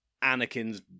Anakin's